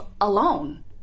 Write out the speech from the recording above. alone